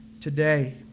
today